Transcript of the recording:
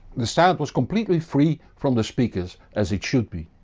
the sound was completely free from the speakers, as it should be.